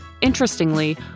Interestingly